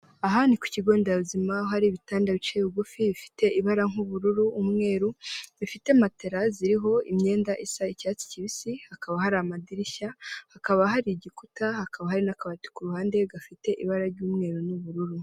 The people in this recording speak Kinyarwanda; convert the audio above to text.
Aha ni ku kigo nderabuzima, aho hari ibitanda biciye bugufi, bifite ibara nk'ubururu, umweru, bifite matera ziriho imyenda isa icyatsi kibisi, hakaba hari amadirishya, hakaba hari igikuta, hakaba hari n'akabati ku ruhande, gafite ibara ry'umweru n'ubururu.